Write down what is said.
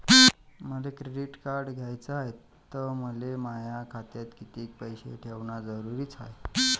मले credit card घ्याचं हाय, त मले माया खात्यात कितीक पैसे ठेवणं जरुरीच हाय?